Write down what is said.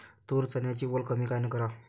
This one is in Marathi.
तूर, चन्याची वल कमी कायनं कराव?